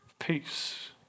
Peace